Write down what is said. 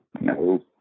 no